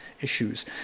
issues